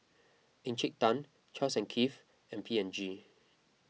Encik Tan Charles and Keith and P and G